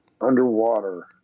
Underwater